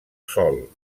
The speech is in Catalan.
sol